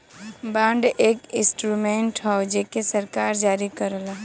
bond एक instrument हौ जेके सरकार जारी करला